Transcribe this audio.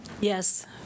Yes